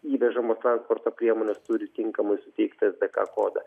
įvežamos transporto priemonės turi tinkamai suteiktą es dė ka kodą